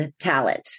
talent